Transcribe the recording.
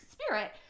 spirit